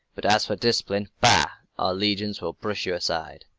but as for discipline bah! our legions will brush you aside.